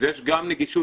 ויש נגישות,